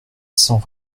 sans